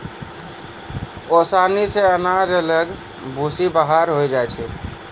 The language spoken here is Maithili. ओसानी से अनाज अलग भूसी बाहर होय जाय छै